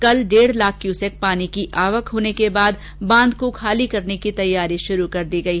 कल भी इसमें डेढ़ लाख क्यूसेक पानी की आवक होने के बाद बांध को खाली करने की तैयारी शुरू कर दी गई है